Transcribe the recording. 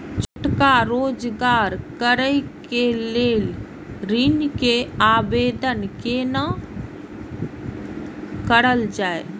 छोटका रोजगार करैक लेल ऋण के आवेदन केना करल जाय?